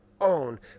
own